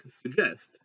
suggest